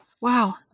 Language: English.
Wow